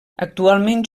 actualment